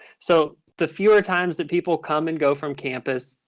so the fewer times that people come and go from campus,